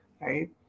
right